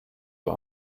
zur